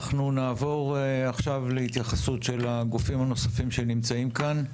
אנחנו נעבור עכשיו להתייחסות של הגופים הנוספים שנמצאים כאן.